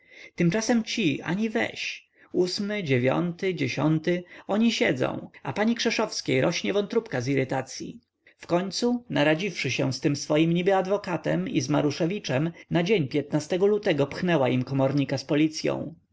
tymczasem ci ani weź ósmy dziewiąty dziesiąty oni siedzą a pani krzeszowskiej rośnie wątróbka z irytacyi wkońcu naradziwszy się z tym swoim niby adwokatem i z maruszewiczem na dzień lutego pchnęła im komornika z policyą